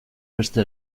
beste